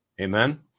Amen